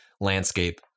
landscape